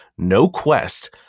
NOQUEST